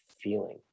feeling